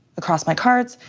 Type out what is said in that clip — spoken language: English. across my cards,